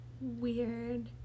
weird